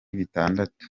bitandatu